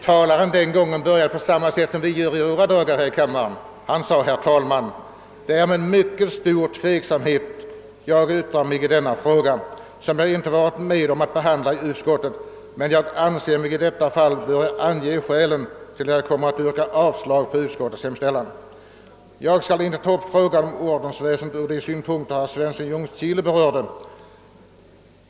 Talaren den gången började på samma sätt som vi gör i våra dagar här i kammaren, han sade: »Herr talman! Det är med mycket stor tveksamhet jag yttrar mig i denna fråga, som jag inte varit med om att behandla i utskottet, men jag anser mig i detta fall böra ange skälen till att jag kommer att yrka avslag på utskottets hemställan. Jag skall inte ta upp frågan om ordensväsendet ur de synpunkter herr Svensson i Ljungskile berörde.